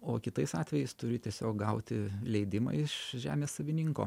o kitais atvejais turi tiesiog gauti leidimą iš žemės savininko